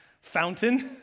fountain